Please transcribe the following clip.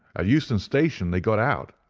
at euston station they got out,